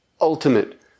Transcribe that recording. ultimate